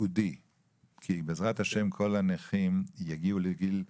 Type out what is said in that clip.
כי בעזרת השם כל הנכים יגיעו לגיל זקנה,